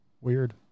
Weird